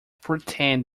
pretend